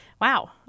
Wow